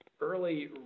Early